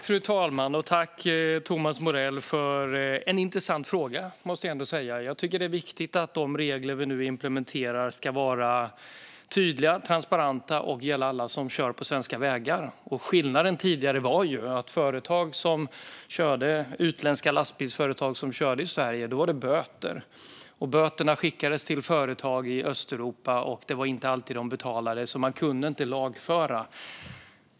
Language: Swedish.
Fru talman! Jag tackar Thomas Morell för en intressant fråga, måste jag ändå säga. Jag tycker att det är viktigt att de regler vi nu implementerar ska vara tydliga och transparenta och gälla alla som kör på svenska vägar. Skillnaden är att tidigare fick utländska lastbilsföretag som körde i Sverige böter, som skickades till företag i Östeuropa. Det var inte alltid de betalade, och då kunde man inte lagföra dem.